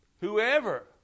Whoever